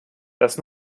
das